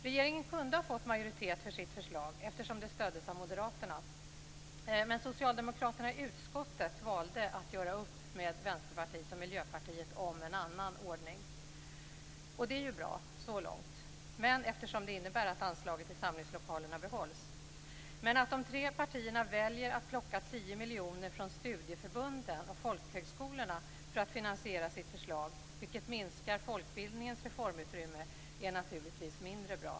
Regeringen kunde ha fått majoritet för sitt förslag eftersom det stöddes av moderaterna, men socialdemokraterna i utskottet valde att göra upp med Vänsterpartiet och Miljöpartiet om en annan ordning, och det är ju bra så långt, eftersom det innebär att anslaget till samlingslokalerna behålls. Men att de tre partierna väljer att plocka 10 miljoner från studieförbunden och folkhögskolorna för att finansiera sitt förslag vilket minskar folkbildningens reformutrymme är naturligtvis mindre bra.